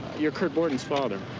you're curt borton's father.